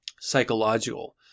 Psychological